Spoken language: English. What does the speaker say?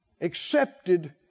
accepted